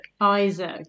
isaac